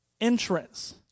entrance